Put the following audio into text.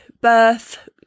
birth